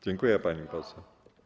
Dziękuję, pani poseł.